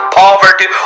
poverty